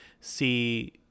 see